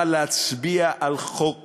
אבל להצביע על חוק